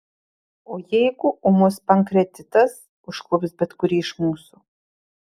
o jeigu ūmus pankreatitas užklups bet kurį iš mūsų